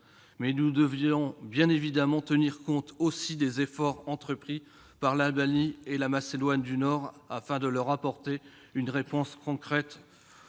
mais nous devons bien évidemment également tenir compte des efforts entrepris par l'Albanie et la Macédoine du Nord, afin de leur apporter une réponse concrète